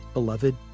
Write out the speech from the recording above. Beloved